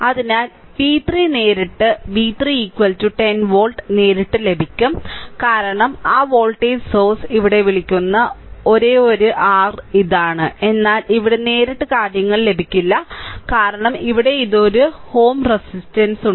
അതിനാൽ v3 നേരിട്ട് v3 10 volt നേരിട്ട് ലഭിക്കും കാരണം ആ വോൾട്ടേജ് സോഴ്സ് ഇവിടെ വിളിക്കുന്ന ഒരേയൊരു r ഇതാണ് എന്നാൽ ഇവിടെ നേരിട്ട് കാര്യങ്ങൾ ലഭിക്കില്ല കാരണം ഇവിടെ ഒരു Ω റെസിസ്റ്റന്സ് ഉണ്ട്